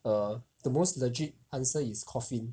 err the most legit answer is coffin